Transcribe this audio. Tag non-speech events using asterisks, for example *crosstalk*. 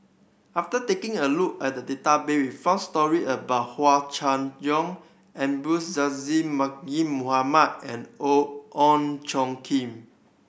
after taking a look at database we found story about Hua Chai Yong Abdul Aziz *unintelligible* Mohamed and O Ong *unintelligible* Kim